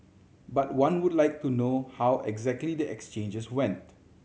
but one would like to know how exactly the exchanges went